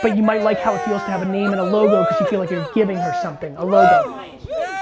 but you might like how it feels to have a name and a logo because you feel like you're giving her something, a logo. my issue is